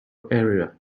area